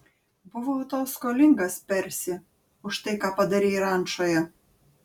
buvau tau skolingas persi už tai ką padarei rančoje